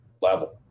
level